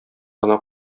гына